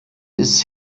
ist